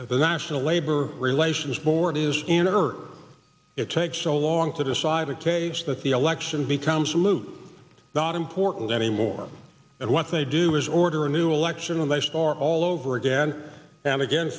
the national labor relations board is inert it takes so long to decide a case that the election becomes moot not important anymore and what they do is order a new election and they start all over again and again